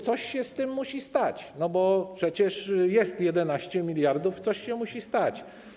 Coś się z tym musi stać, bo przecież jest 11 mld, coś się musi stać.